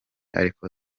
ariko